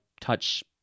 touch